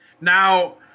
Now